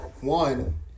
one